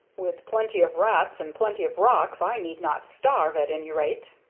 with plenty of rats and plenty of rocks i need not starve, at any rate,